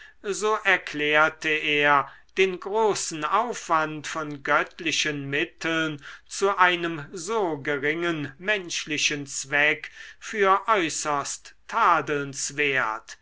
so erklärte er den großen aufwand von göttlichen mitteln zu einem so geringen menschlichen zweck für äußerst